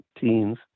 teens